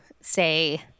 say